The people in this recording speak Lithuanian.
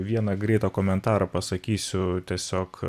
vieną greitą komentarą pasakysiu tiesiog